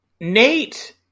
Nate